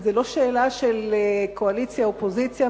זו לא שאלה של קואליציה אופוזיציה,